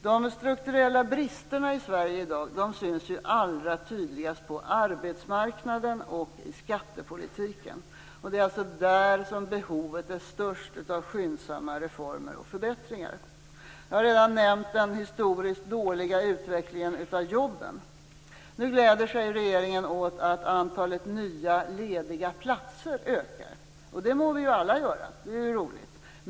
De strukturella bristerna i Sverige i dag syns allra tydligast på arbetsmarknaden och i skattepolitiken. Det är alltså där som behovet är störst av skyndsamma reformer och förbättringar. Jag har redan nämnt den historiskt dåliga utvecklingen av jobben. Nu gläder sig regeringen åt att antalet nya lediga platser ökar. Det må vi alla göra. Det är roligt.